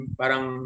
parang